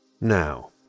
Now